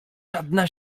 żadna